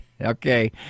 Okay